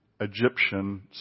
Egyptian